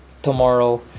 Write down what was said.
Tomorrow